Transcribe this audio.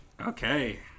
Okay